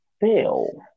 fail